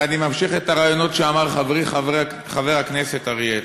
ואני ממשיך את הרעיונות שאמר חברי חבר הכנסת אראל,